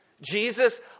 Jesus